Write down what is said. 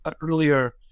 earlier